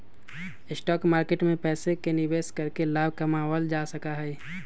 stock market में पैसे के निवेश करके लाभ कमावल जा सका हई